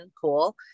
cool